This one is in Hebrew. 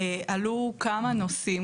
עלו כמה נושאים,